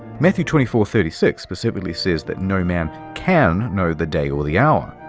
matthew twenty four thirty six specifically says that no man can know the day or the hour.